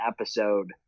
episode